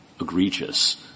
egregious